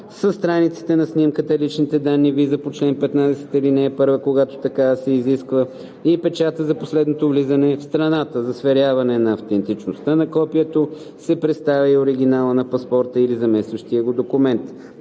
страниците на снимката, личните данни, виза по чл. 15, ал. 1, когато такава се изисква, и печата за последното влизане в страната; за сверяване на автентичността на копието се представя и оригиналът на паспорта или заместващия го документ;